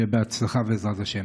שיהיה בהצלחה, בעזרת השם.